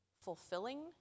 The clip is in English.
fulfilling